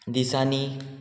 दिसांनी